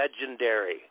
Legendary